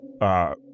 Uh